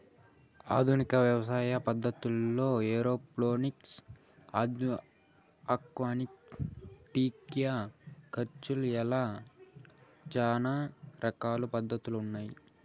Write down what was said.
ఆధునిక వ్యవసాయ పద్ధతుల్లో ఏరోఫోనిక్స్, ఆక్వాపోనిక్స్, టిష్యు కల్చర్ ఇలా చానా రకాల పద్ధతులు ఉన్నాయి